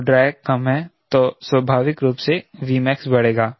तो ड्रैग कम है तो स्वाभाविक रूप से Vmax बड़ेगा